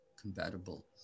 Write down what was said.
compatible